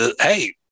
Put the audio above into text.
Hey